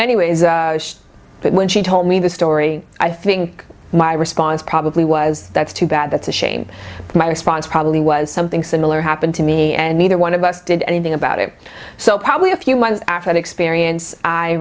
anyways but when she told me the story i think my response probably was that's too bad that's a shame my response probably was something similar happened to me and neither one of us did anything about it so probably a few months after the experience i